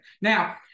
Now